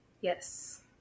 Yes